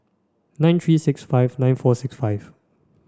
nine three six five nine four six five